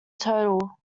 total